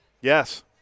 Yes